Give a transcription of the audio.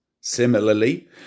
Similarly